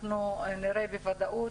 אנחנו נראה בוודאות